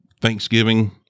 Thanksgiving